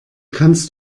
kannst